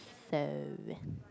so